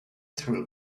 through